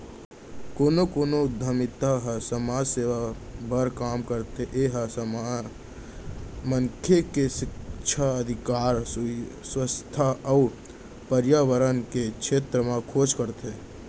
कोनो कोनो उद्यमिता ह समाज सेवा बर काम करथे ए ह मनसे के सिक्छा, अधिकार, सुवास्थ अउ परयाबरन के छेत्र म खोज करथे